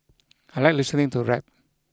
I like listening to rap